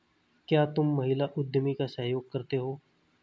क्या तुम महिला उद्यमी का सहयोग करते हो?